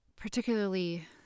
Particularly